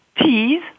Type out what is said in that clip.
teas